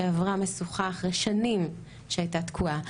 שעברה משוכה אחרי שנים שהייתה תקועה,